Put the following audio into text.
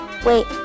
Wait